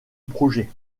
projet